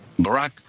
Barack